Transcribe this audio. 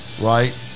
right